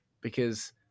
Because-